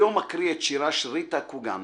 היום אקריא את שירה של ריטה קוגן,